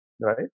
right